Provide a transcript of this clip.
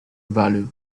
value